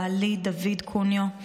בעלי דוד קוניו,